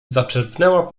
zaczerpnęła